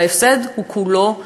וההפסד הוא כולו שלנו.